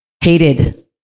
hated